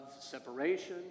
separation